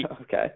Okay